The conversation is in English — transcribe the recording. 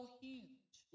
huge